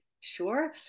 sure